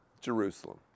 Jerusalem